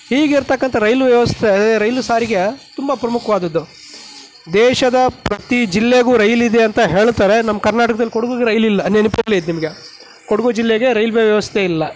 ಹೀಗೆ ಇರತಕ್ಕಂಥ ರೈಲ್ವೆ ವ್ಯವಸ್ಥೆ ರೈಲು ಸಾರಿಗೆ ತುಂಬ ಪ್ರಮುಖವಾದದ್ದು ದೇಶದ ಪ್ರತಿ ಜಿಲ್ಲೆಗೂ ರೈಲಿದೆ ಅಂತ ಹೇಳ್ತಾರೆ ನಮ್ಮ ಕರ್ನಾಟಕದಲ್ಲಿ ಕೊಡಗುಗೆ ರೈಲ್ ಇಲ್ಲ ನೆನಪಿರಲಿ ಇದು ನಿಮಗೆ ಕೊಡಗು ಜಿಲ್ಲೆಗೆ ರೈಲ್ವೆ ವ್ಯವಸ್ಥೆ ಇಲ್ಲ